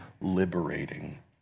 liberating